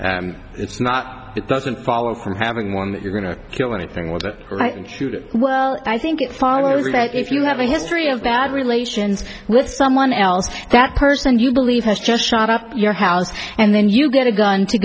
bear it's not it doesn't follow from having one that you're going to kill anything with it right and shoot it well i think it follows that if you have a history of bad relations with someone else that person you believe has just shot up your house and then you get a gun to